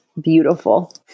beautiful